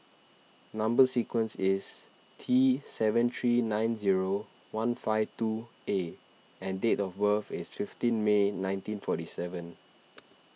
Number Sequence is T seven three nine zero one five two A and date of birth is fifteen May nineteen forty seven